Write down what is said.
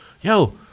yo